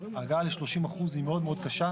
ההגעה ל-30% היא מאוד קשה.